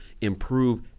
improve